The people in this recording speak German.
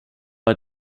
bei